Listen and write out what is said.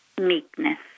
meekness